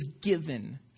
given